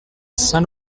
saint